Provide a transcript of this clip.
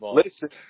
listen